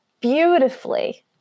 beautifully